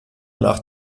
nach